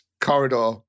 Corridor